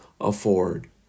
afford